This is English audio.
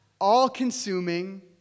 all-consuming